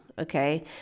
Okay